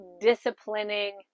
disciplining